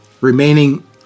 Remaining